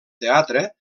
teatre